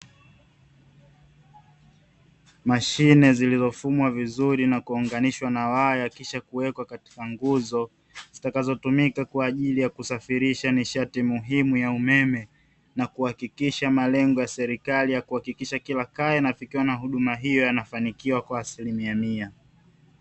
Mashine zilizofumwa vizuri na kuunganishwa na waya kisha kuwekwa katika nguzo, zitakazotumika kwa ajili kusafirisha nishati muhimu ya umeme, na kuhakikisha malengo ya serikali ya kuhakikisha kila kaya inafikiwa na huduma hiyo yanafanikiwa kwa asilimia mia.